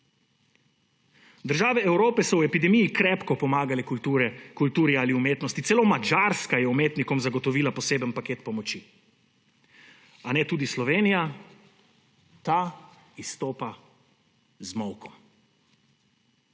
Države Evrope so v epidemiji krepko pomagale kulturi ali umetnosti, celo Madžarska je umetnikom zagotovila poseben paket pomoči. A ne tudi Slovenija, ta izstopa z molkom,